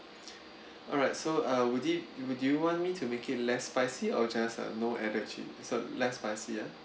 alright so uh would it do you want me to make it less spicy or just uh no added chilli so less spicy ah